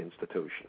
institution